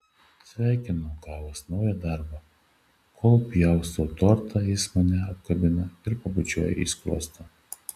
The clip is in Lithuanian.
sveikinu gavus naują darbą kol pjaustau tortą jis mane apkabina ir pabučiuoja į skruostą